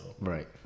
Right